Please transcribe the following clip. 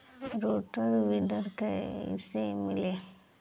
Rotor weeder कईसे मिले?